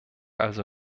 also